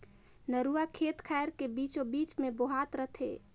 नरूवा खेत खायर के बीचों बीच मे बोहात रथे